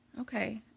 Okay